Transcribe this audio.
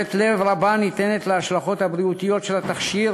תשומת לב רבה ניתנת להשלכות הבריאותיות של התכשיר